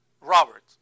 Robert